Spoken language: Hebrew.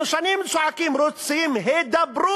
אנחנו שנים צועקים: רוצים הידברות,